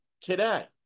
today